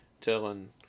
telling